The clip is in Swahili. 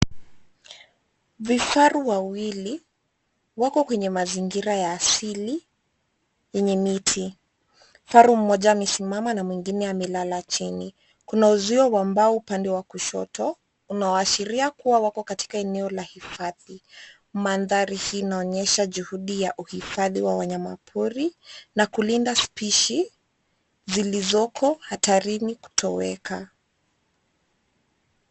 Vifaru wawili, wako kwenye mazingira ya asili, yenye miti. Kifaru mmoja amesimama na mwingine amelala chini. Kuna uzio wa mbao upande wa kushoto, unaoashiria kuwa wako katika eneo la hifadhi. Mandhari hii inaonyesha juhudi ya uhifadhi wa wanyama wa pori, na kulinda spishi, zilizoko hatarini kutoweka.